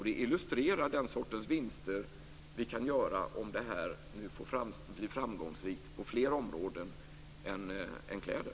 Det illustrerar vilka vinster vi kan göra om detta blir framgångsrikt på flera områden än kläder.